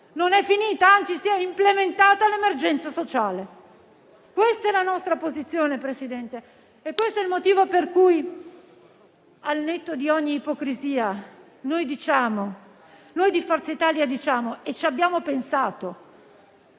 non è finita, ma anzi si è implementata, l'emergenza sociale. Questa è la nostra posizione, Presidente, e questo il motivo per cui, al netto di ogni ipocrisia, noi di Forza Italia chiediamo, e ci abbiamo pensato,